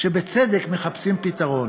שבצדק מחפשים פתרון.